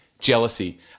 jealousy